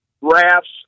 rafts